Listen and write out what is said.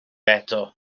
eto